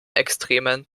extremen